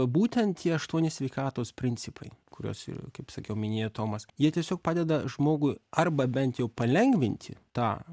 būtent tie aštuoni sveikatos principai kuriuos ir kaip sakiau minėjo tomas jie tiesiog padeda žmogui arba bent jau palengvinti tą